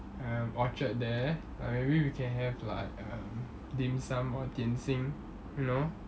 um orchard there like maybe we can have like um dim sum or 点心 you know